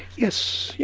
yes, yeah